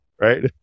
right